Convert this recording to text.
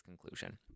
conclusion